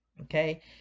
Okay